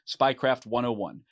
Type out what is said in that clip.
SPYCRAFT101